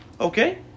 Okay